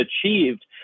achieved